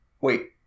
wait